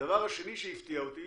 הדבר השני שהפתיע אותי,